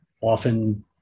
often